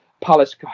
Palace